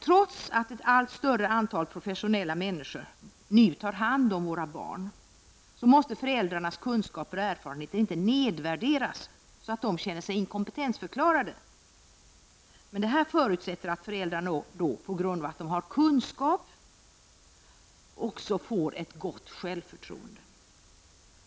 Trots att ett allt större antal professionella människor nu tar hand om våra barn får föräldrars kunskaper och erfarenheter inte nedvärderas, så att föräldrarna känner sig inkompetensförklarade, men detta förutsätter att föräldrarna på grund av att de har kunskap också har ett gott självförtroende.